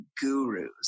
gurus